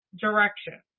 direction